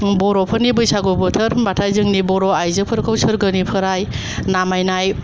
बर'फोरनि बैसागु बोथोर होनबाथाय जोंनि बर' आइजोफोरखौ सोरगोनिफ्राइ नामायनाय